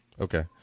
Okay